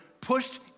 pushed